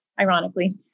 ironically